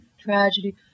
tragedy